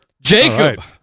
Jacob